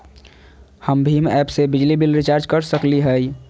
हम भीम ऐप से बिजली बिल रिचार्ज कर सकली हई?